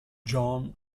john